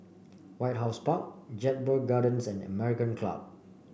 White House Park Jedburgh Gardens and American Club